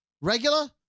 regular